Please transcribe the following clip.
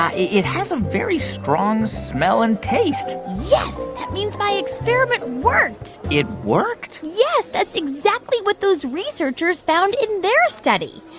ah it has a very strong smell and taste yes, that means my experiment worked it worked? yes, that's exactly what those researchers found in their study.